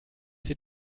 sie